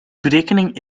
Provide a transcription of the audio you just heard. berekening